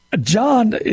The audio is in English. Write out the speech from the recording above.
John